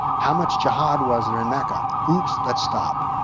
how much jihad was there in mecca? oops, let's stop.